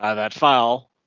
ah that file.